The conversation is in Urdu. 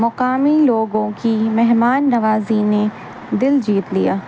مقامی لوگوں کی مہمان نوازی نے دل جیت لیا